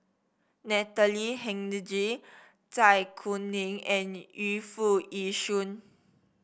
Natalie Hennedige Zai Kuning and Yu Foo Yee Shoon